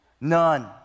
None